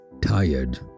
tired